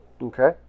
Okay